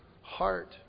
heart